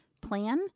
plan